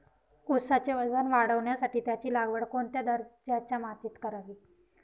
ऊसाचे वजन वाढवण्यासाठी त्याची लागवड कोणत्या दर्जाच्या मातीत करावी?